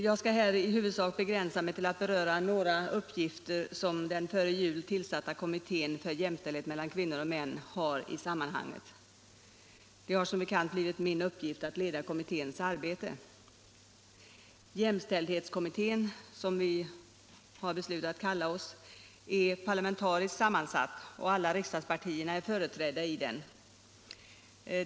Jag skall i huvudsak begränsa mig till att beröra några uppgifter som den före jul tillsatta kommittén för jämställdhet mellan kvinnor och män har i sammanhanget. Det har, som bekant, blivit min uppgift att leda kommitténs arbete. Jämställdhetskommittén, som vi har beslutat kalla oss, är parlamentariskt sammansatt och alla riksdagspartierna är företrädda.